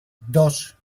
dos